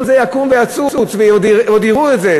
כל זה יקום ויצוץ, ועוד יראו את זה.